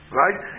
right